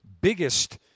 biggest